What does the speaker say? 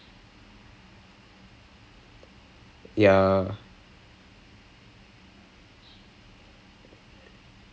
because you know of all the walking and இது:ithu and everything and anything so he was like okay this is ridiculous I didn't wanted to do this but do you want me to like